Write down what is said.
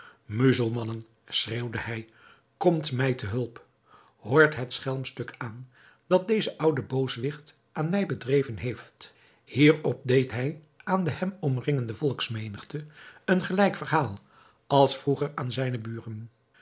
muzelmannen schreeuwde hij komt mij te hulp hoort het schelmstuk aan dat deze oude booswicht aan mij bedreven heeft hierop deed hij aan de hem omringende volksmenigte een gelijk verhaal als vroeger aan zijne buren